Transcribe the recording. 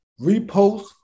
Repost